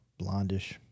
blondish